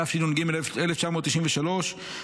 התשנ"ג 1993,